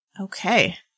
Okay